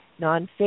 nonfiction